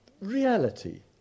reality